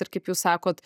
ir kaip jūs sakot